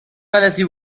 غلتی